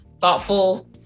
thoughtful